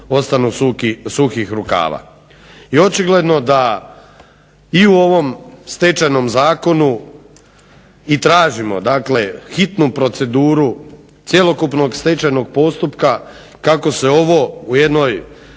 ostanu suhih rukava. I očigledno da i u ovom Stečajnom zakonu i tražimo dakle hitnu proceduru cjelokupnog stečajnog postupka kako se ovo u jednoj